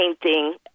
painting